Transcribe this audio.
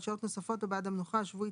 שעות נוספות או בעד המנוחה השבועית,